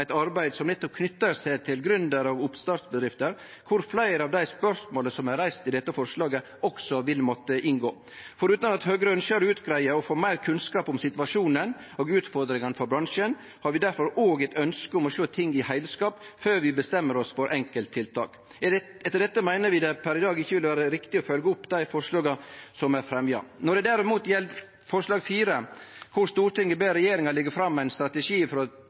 eit arbeid som knyt seg til nettopp gründerar og oppstartsbedrifter, kor fleire av dei spørsmåla som er reist i dette forslaget, også vil måtte inngå. Forutan at Høgre ønskjer å utgreie og få meir kunnskap om situasjonen og utfordringane for bransjen, har vi difor òg eit ønske om å sjå ting i heilskap før vi bestemmer oss for enkelttiltak. Etter dette meiner vi det per i dag ikkje vil vere riktig å følgje opp dei forslaga som er fremja. Når det gjeld forslag nr. 4, derimot, kor «Stortinget ber regjeringa legge fram ein strategi